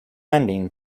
ending